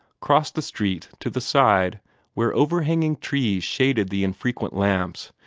crossed the street to the side where over-hanging trees shaded the infrequent lamps,